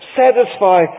satisfy